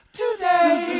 today